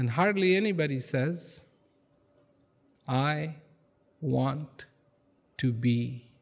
and hardly anybody says i want to be